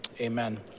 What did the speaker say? Amen